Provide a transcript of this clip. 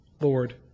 Lord